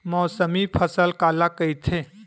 मौसमी फसल काला कइथे?